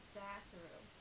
bathroom